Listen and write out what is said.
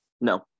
No